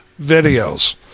videos